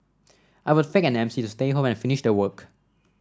I would fake an M C to stay home and finish the work